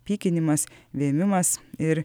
pykinimas vėmimas ir